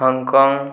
Hong Kong